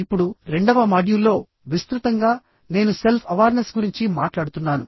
ఇప్పుడు రెండవ మాడ్యూల్లో విస్తృతంగా నేను సెల్ఫ్ అవార్నెస్ గురించి మాట్లాడుతున్నాను